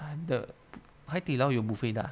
海底捞有的啊